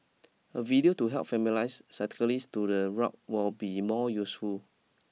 a video to help familiarise cyclist to the route will be more useful